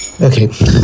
Okay